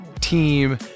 team